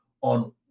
on